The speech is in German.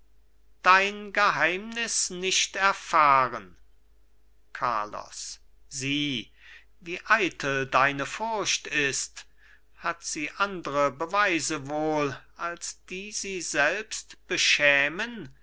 dein geheimnis nicht erfahren carlos sieh wie eitel deine furcht ist hat sie andre beweise wohl als die sie selbst beschämen